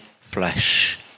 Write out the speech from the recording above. flesh